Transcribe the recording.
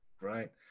right